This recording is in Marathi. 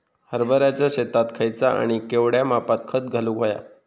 हरभराच्या शेतात खयचा आणि केवढया मापात खत घालुक व्हया?